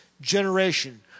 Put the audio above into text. generation